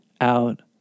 out